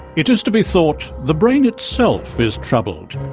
it is to be thought the brain itself is troubled,